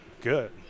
good